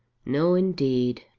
no, indeed.